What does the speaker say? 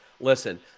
Listen